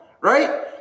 right